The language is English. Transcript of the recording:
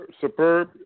superb